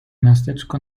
miasteczko